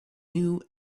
new